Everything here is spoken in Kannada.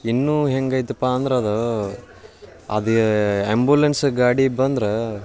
ಇನ್ನೂ ಹೇಗೈತಪ್ಪ ಅಂದ್ರೆ ಅದು ಅದು ಆ್ಯಂಬುಲೆನ್ಸ ಗಾಡಿ ಬಂದ್ರೆ